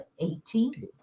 18